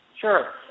Sure